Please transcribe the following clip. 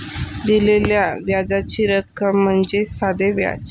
दिलेल्या व्याजाची रक्कम म्हणजे साधे व्याज